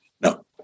no